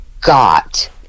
got